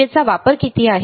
विजेचा वापर किती आहे